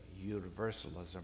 Universalism